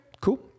cool